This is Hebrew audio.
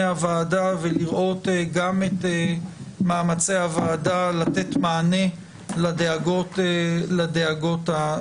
הוועדה ולראות גם את מאמצי הוועדה לתת מענה לדאגות המוצדקות.